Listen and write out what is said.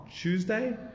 tuesday